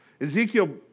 Ezekiel